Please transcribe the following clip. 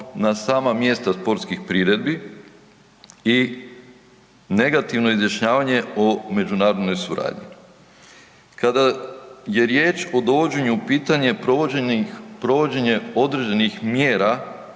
na sama mjesta sportskih priredbi i negativno izjašnjavanje o međunarodnoj suradnji. Kada je riječ o dovođenju u pitanje provođenje određenih mjera